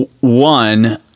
one